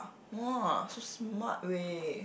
!wah! so smart way